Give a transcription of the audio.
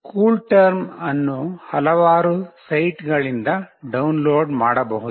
CoolTerm ಅನ್ನು ಹಲವಾರು ಸೈಟ್ಗಳಿಂದ ಡೌನ್ಲೋಡ್ ಮಾಡಬಹುದು